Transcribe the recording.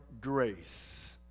grace